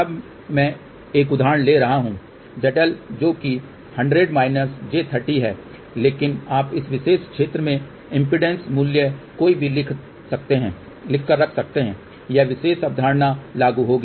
अब मैं एक उदाहरण ले रहा हूं ZL जो कि 100 j 30 है लेकिन आप इस विशेष क्षेत्र में इम्पीडेन्स मूल्य कोई भी रख सकते है यह विशेष अवधारणा लागू होगी